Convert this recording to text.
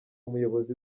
umuyobozi